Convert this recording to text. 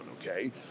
okay